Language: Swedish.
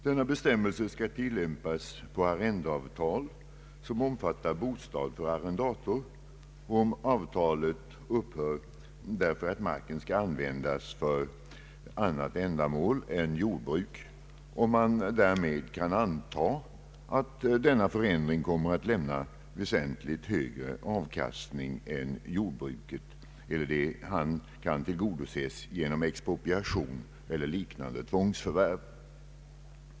Denna bestämmelse skall tillämpas på arrendeavtal som omfattar bostad för arrendator, om avtalet upphör därför att marken skall användas för annat ändamål än jordbruk, om man därmed kan anta att denna förändring kommer att lämna väsentligt högre avkastning än jordbruket eller det han kan tillgodoses genom expropriation eller liknande tvångsförvärv.